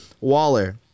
Waller